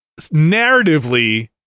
narratively